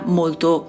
molto